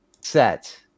set